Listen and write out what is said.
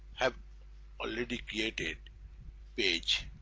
have already created page,